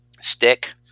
stick